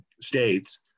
states